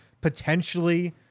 potentially